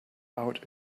out